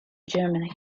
germany